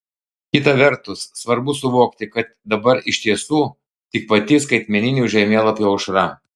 kita vertus svarbu suvokti kad dabar iš tiesų tik pati skaitmeninių žemėlapių aušra